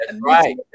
Right